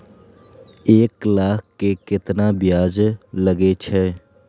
एक लाख के केतना ब्याज लगे छै?